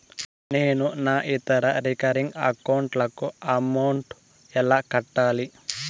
నేను నా ఇతర రికరింగ్ అకౌంట్ లకు అమౌంట్ ఎలా కట్టాలి?